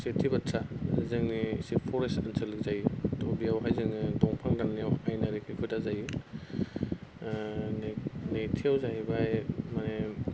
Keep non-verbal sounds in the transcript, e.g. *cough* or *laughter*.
जिहेतु *unintelligible* जोंनि एसे फरेस्ट ओनसोल गोग्लैजायो त' बेयावहाय जोङो बिफां दाननायाव आयेनारि खैफोदा जायो नैथियाव जाहैबाय माने